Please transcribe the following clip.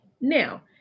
Now